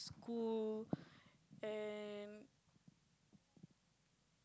school and